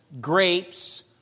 grapes